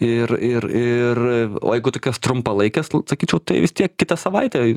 ir ir ir o jeigu tokios trumpalaikės sakyčiau tai vis tiek kitą savaitę